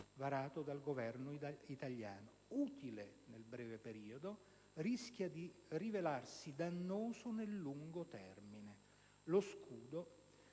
varato dal Governo italiano: «Utile nel breve periodo, rischia di rivelarsi dannoso nel lungo termine. Lo scudo»,